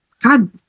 God